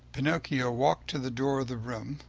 pinocchio walked to the door of the room.